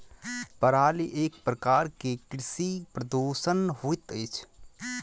पराली एक प्रकार के कृषि प्रदूषण होइत अछि